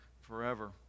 forever